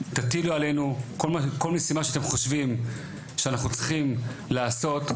תטילו עלינו כל משימה שאתם חושבים שאנחנו צריכים לעשות,